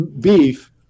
beef